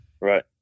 Right